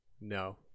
No